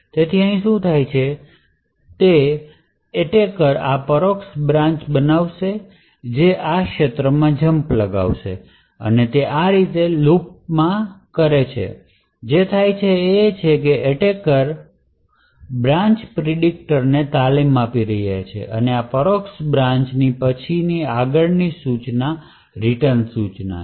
તેથી અહીં શું થશે તેવું વારંવાર થાય છે કે એટેકર આ પરોક્ષ બ્રાન્ચ બનાવશે જે આ ક્ષેત્રમાં જંપ લગાવશે અને તે આ રીતે લૂપમાં કરે છે જે થાય છે તે એ છે કે એટેકર બ્રાન્ચ પ્રિડીકટરને તાલીમ આપી રહ્યા છે કે આ પરોક્ષ બ્રાન્ચની પછી આગળની સૂચના રીટર્ન સૂચના છે